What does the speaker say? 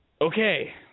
okay